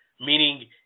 Meaning